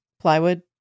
plywood